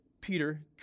Peter